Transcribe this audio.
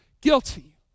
Guilty